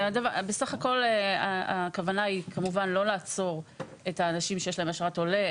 בסך הכול הכוונה היא לא לעצור אנשים שיש להם אשרת עולה.